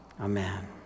Amen